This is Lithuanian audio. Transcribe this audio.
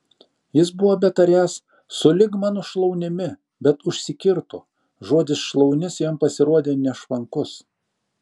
jis buvo betariąs sulig mano šlaunimi bet užsikirto žodis šlaunis jam pasirodė nešvankus